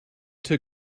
took